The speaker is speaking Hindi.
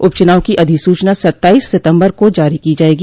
उप चुनाव की अधिसूचना सत्ताईस सितम्बर को जारी की जायेगी